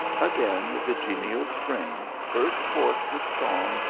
again the genial spring burst forth with song,